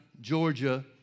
Georgia